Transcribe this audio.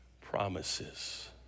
promises